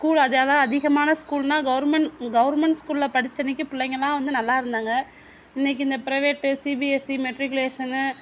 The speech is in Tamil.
ஸ்கூல் அதெல்லாம் அதிகமான ஸ்கூல்னா கவர்மெண்ட் கவர்மெண்ட் ஸ்கூல்ல படிச்சன்னைக்கு பிள்ளைங்களாம் வந்து நல்லா இருந்தாங்க இன்றைக்கு இந்த ப்ரைவேட் சிபிஎஸ்இ மெட்ரிகுலேஷன்னு